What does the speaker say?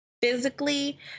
Physically